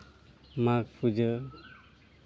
ᱢᱟᱜᱽ ᱯᱩᱡᱟᱹ